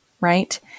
right